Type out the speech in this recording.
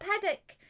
paddock